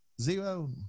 zero